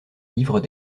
livres